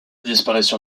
disparition